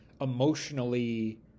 emotionally